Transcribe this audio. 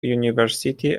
university